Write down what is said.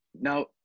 Now